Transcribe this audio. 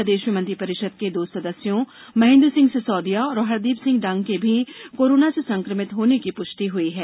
प्रदेश में मंत्रिपरिषद के दो सदस्यों महेन्द्र सिंह सिसोदिया और हरदीप सिंह डंग के भी कोरोना से संक्रमित होने की पृष्टि हई है